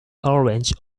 orange